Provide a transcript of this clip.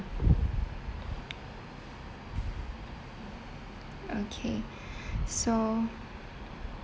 okay so